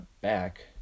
back